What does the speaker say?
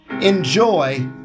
Enjoy